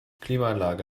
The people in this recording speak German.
klimaanlage